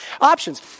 options